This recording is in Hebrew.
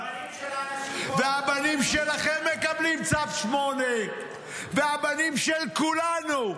והבנים של --- והבנים שלכם מקבלים צו 8. והבנים של כולנו.